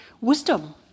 wisdom